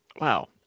Wow